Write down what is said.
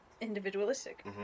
Individualistic